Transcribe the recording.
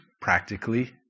practically